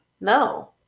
No